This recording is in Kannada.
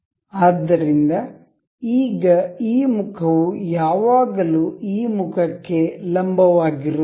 ಆದ್ದರಿಂದ ಈಗ ಈ ಮುಖವು ಯಾವಾಗಲೂ ಈ ಮುಖಕ್ಕೆ ಲಂಬವಾಗಿರುತ್ತದೆ